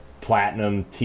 Platinum